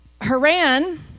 Haran